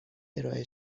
ارائه